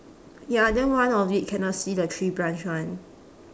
ya then one of it cannot see the tree branch [one]